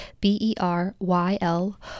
B-E-R-Y-L